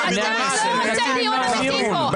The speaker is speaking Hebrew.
אתה לא רוצה דיון אמיתי פה.